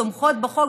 תומכות בחוק,